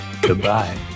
Goodbye